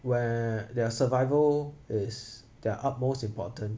where their survival is their utmost important